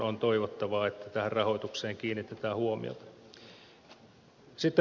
on toivottavaa että tähän rahoitukseen kiinnitetään huomiota